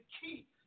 keep